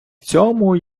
цьому